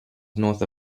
north